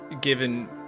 given